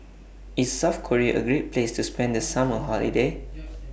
IS South Korea A Great Place to spend The Summer Holiday